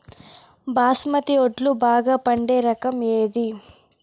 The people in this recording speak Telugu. బాస్మతి వడ్లు బాగా పండే రకం ఏది